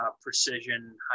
precision